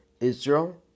Israel